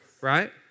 Right